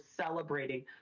celebrating